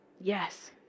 Yes